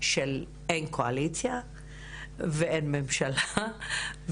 שבהן לא הייתה קואליציה ואין ממשלה.